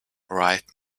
right